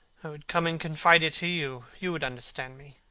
i would come and confess it to you. you would understand me.